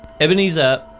Ebenezer